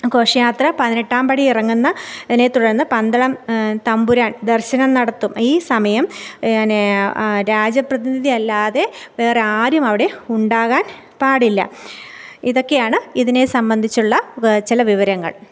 ഘോഷയാത്ര പതിനെട്ടാംപടി ഇറങ്ങുന്ന നെ തുടർന്ന് പന്തളം തമ്പുരാൻ ദർശനം നടത്തും ഈ സമയം ന് രാജപ്രതിനിധി അല്ലാതെ വേറെ ആരും അവിടെ ഉണ്ടാകാൻ പാടില്ല ഇതൊക്കെയാണ് ഇതിനെ സംബന്ധിച്ചുള്ള വ് ചില വിവരങ്ങൾ